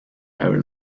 every